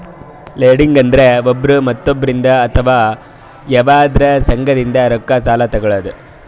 lending ಅಂದ್ರ ಒಬ್ರ್ ಮತ್ತೊಬ್ಬರಿಂದ್ ಅಥವಾ ಯವಾದ್ರೆ ಸಂಘದಿಂದ್ ರೊಕ್ಕ ಸಾಲಾ ತೊಗಳದು